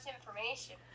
information